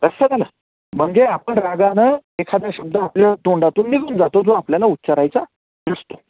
लक्षात आलं म्हणजे आपण रागानं एखादा शब्द आपल्या तोंडातून निघून जातो जो आपल्याला उच्चारायचा नसतो